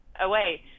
away